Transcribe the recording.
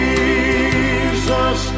Jesus